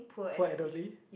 poor elderly